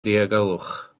diogelwch